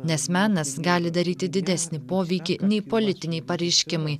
nes menas gali daryti didesnį poveikį nei politiniai pareiškimai